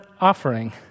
offering